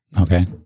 Okay